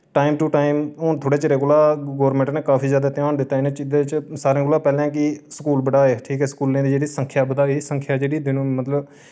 time to time हून थोह्ड़े चिरें कोला गोरमैंट नै काफी जैदा ध्यान दित्ता इ'ने चीजें च सारें कोला पैह्लैं कि स्कूल बधाए ठीक ऐ स्कूलें दी जेह्ड़ी संख्या बधाई संख्या जेह्ड़ी दिन मतलब